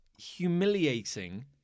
humiliating